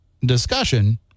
discussion